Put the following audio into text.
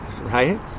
right